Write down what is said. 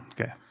Okay